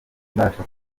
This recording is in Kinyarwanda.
mbasha